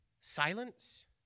silence